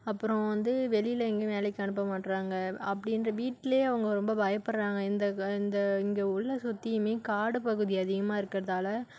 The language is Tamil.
அப்பறம் வந்து வெளியில் எங்கேயும் வேலைக்கு அனுப்ப மாட்றாங்க அப்படின்ற வீட்லேயே அவங்க ரொம்ப பயப்பட்றாங்க இந்த இந்த இங்கே உள்ள சுற்றியுமே காடு பகுதி அதிகமாக இருக்கிறதால